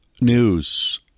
News